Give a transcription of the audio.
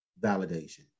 validation